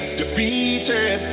defeated